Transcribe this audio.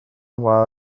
while